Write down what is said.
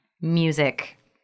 music